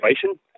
situation